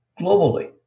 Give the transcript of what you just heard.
globally